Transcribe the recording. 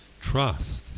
trust